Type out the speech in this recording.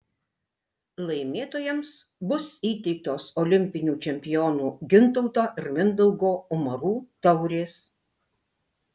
laimėtojams bus įteiktos olimpinių čempionų gintauto ir mindaugo umarų taurės